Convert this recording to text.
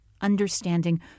understanding